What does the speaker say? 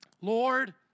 Lord